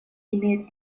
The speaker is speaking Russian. имеют